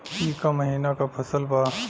ई क महिना क फसल बा?